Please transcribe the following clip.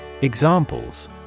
Examples